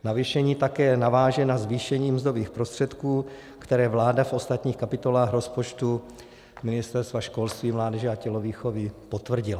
Navýšení také naváže na zvýšení mzdových prostředků, které vláda v ostatních kapitolách rozpočtu Ministerstva školství, mládeže a tělovýchovy potvrdila.